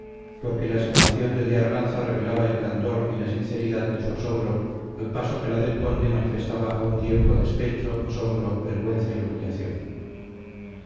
porque la exclamación del de arganza revelaba el candor y la sinceridad de su asombro al paso que la del conde manifestaba a un tiempo despecho asombro vergüenza y humillación